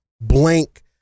blank